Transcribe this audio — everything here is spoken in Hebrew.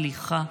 סליחה,